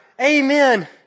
Amen